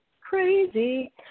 crazy